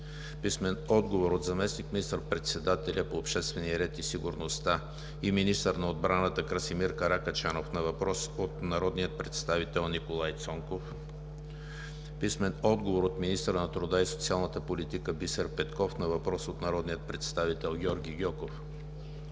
Николай Цонков; - заместник министър-председателя по обществения ред и сигурността и министър на отбраната Красимир Каракачанов на въпрос от народния представител Николай Цонков; - министъра на труда и социалната политика Бисер Петков на въпрос от народния представител Георги Гьоков;